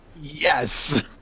Yes